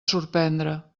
sorprendre